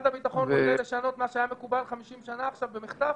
משרד הביטחון רוצה לשנות מה שהיה מקובל 50 שנה עכשיו במחטף?